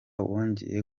wongeye